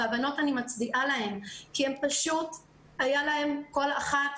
ואני מצדיעה לבנות כי פשוט כל אחת